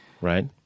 Right